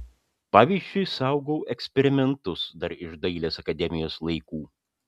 pavyzdžiui saugau eksperimentus dar iš dailės akademijos laikų